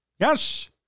Yes